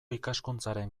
ikaskuntzaren